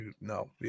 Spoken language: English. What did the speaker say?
no